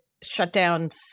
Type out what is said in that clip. shutdowns